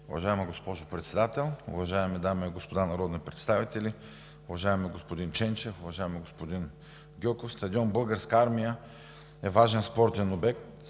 Уважаема госпожо Председател, уважаеми дами и господа народни представители, уважаеми господин Ченчев, уважаеми господин Гьоков! Стадион „Българска армия“ е важен спортен обект,